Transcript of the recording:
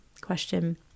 question